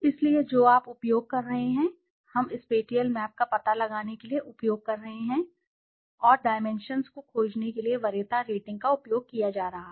इसलिए जो आप उपयोग कर रहे हैं समानता हम स्पेटिअल मैप का पता लगाने के लिए उपयोग कर रहे हैं और डाइमेंशन्सको खोजने के लिए वरीयता रेटिंग का उपयोग किया जा रहा है